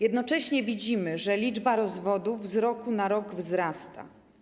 Jednocześnie widzimy, że liczba rozwodów z roku na rok wzrasta.